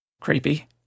creepy